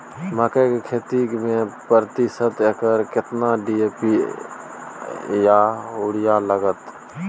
मकई की खेती में प्रति एकर केतना डी.ए.पी आर यूरिया लागत?